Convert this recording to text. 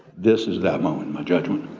this is that moment, my judgment.